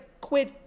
quid